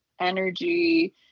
energy